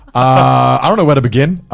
i don't know where to begin.